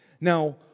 Now